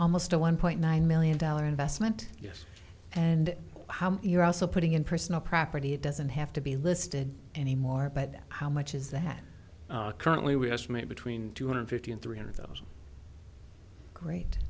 almost a one point nine million dollar investment yes and how you're also putting in personal property it doesn't have to be listed anymore but how much is that currently we has made between two hundred fifty and three hundred thousand great